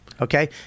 Okay